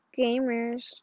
gamers